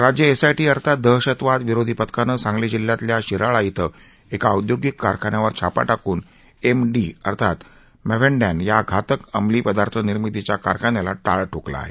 राज्य एसआयटी अर्थात दहशतवाद विरोधी पथकानं सांध ली जिल्ह्यातल्या शिराळा इथं एका औदयोशिक कारखान्यावर छापा टाकून एमडी अर्थात मॅफेडँन या घातक अमलीपदार्थ निर्मितीच्या कारखान्याला टाळं ठोकलं आहे